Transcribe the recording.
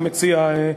אני מציע,